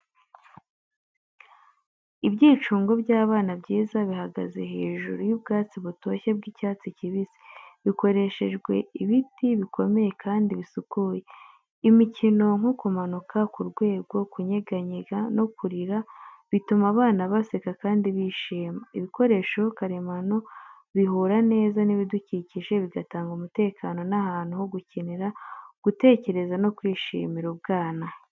Ibyicungo by'abana byiza bihagaze hejuru y'ubwatsi butoshye bw’icyatsi kibisi, bikoreshejwe ibiti bikomeye kandi bisukuye. Imikino nko kumanuka ku rwego, kunyeganyega no kurira bituma abana baseka kandi bishima. Ibikoresho karemano bihura neza n’ibidukikije, bigatanga umutekano n’ahantu ho gukinira, gutekereza no kwishimira ubwana.